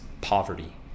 poverty